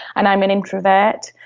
and i'm an introvert.